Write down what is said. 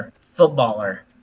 footballer